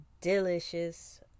delicious